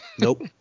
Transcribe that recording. Nope